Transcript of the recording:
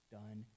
done